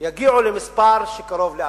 יגיעו למספר שקרוב ל-400,